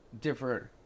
different